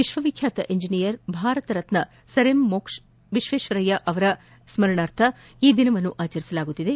ವಿಶ್ವ ವಿಖ್ವಾತ engineer Bharat Ratna sir Mokshagundam Visvesvaraya ಅವರ ಸ್ಪರಣಾರ್ಥ ಈ ದಿನವನ್ನು ಆಚರಿಸಲಾಗುತ್ತಿದೆ